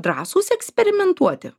drąsūs eksperimentuoti